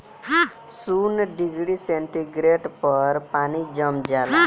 शून्य degree centigrade पर पानी जम जाला